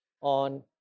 on